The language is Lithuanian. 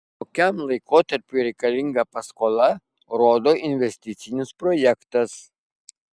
kokiam laikotarpiui reikalinga paskola rodo investicinis projektas